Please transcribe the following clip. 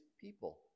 people